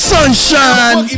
Sunshine